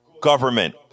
government